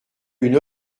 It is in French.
une